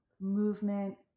movement